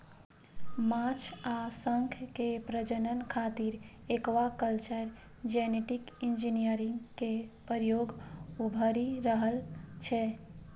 माछ आ शंख के प्रजनन खातिर एक्वाकल्चर जेनेटिक इंजीनियरिंग के प्रयोग उभरि रहल छै